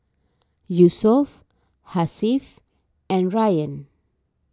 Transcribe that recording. Yusuf Hasif and Ryan